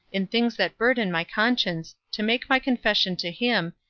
in things that burthen my conscience, to make my confession to him,